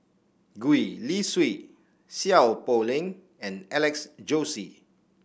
Gwee Li Sui Seow Poh Leng and Alex Josey